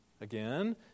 again